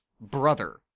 brother